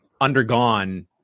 undergone